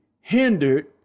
hindered